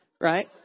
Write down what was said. Right